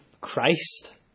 Christ